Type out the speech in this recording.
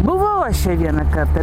buvau aš čia vieną kartą